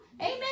Amen